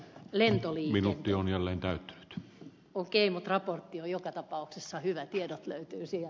okei mutta raportti on joka tapauksessa hyvä tiedot löytyvät sieltä